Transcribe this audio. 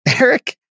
Eric